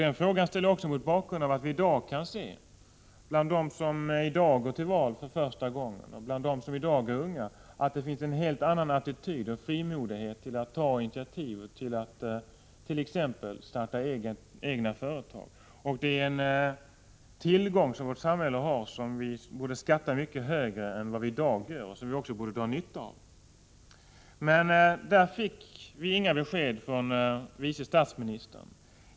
Jag frågar om detta även mot bakgrund av att vi bland dem som i år går 83 stimulera unga människor till initiativtagande och nytänkande till val för första gången och bland dem som i dag är unga kan se att det finns en helt annan attityd och frimodighet till att ta initiativ till att exempelvis starta egna företag. Detta utgör en tillgång för vårt samhälle, något som vi borde skatta mycket högre än vad vi i dag gör och något som vi också borde dra nytta av. Jag fick emellertid inte några besked från vice statsministern härvidlag.